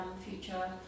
future